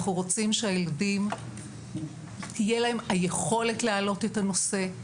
אנחנו רוצים שלילדים תהיה היכולת להעלות את הנושא,